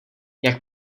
jak